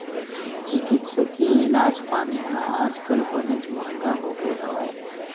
चिकित्सकीय इलाज पानी ह आज काल बनेच महँगा होगे हवय